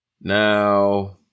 Now